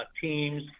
teams